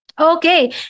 Okay